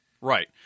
Right